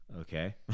okay